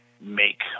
make